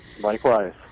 Likewise